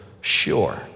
sure